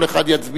כל אחד יצביע,